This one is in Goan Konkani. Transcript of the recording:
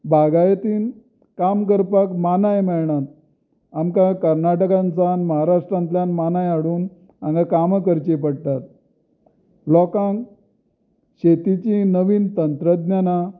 बागायतींत काम करपाक मानाय मेळनात आमकां कर्नाटका सान महाराष्ट्रांतल्यान मानाय हाडून हांगा कामां करचीं पडटात लोकांक शेतीची नवीन तंत्रज्ञाना